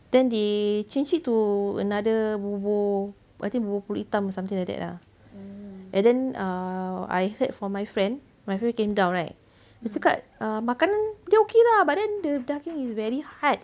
then they changed it to another bubur I think bubur pulut hitam or something like that lah and then err I heard from my friend my friend came down right dia cakap makanan dia okay lah but then the the daging is very hard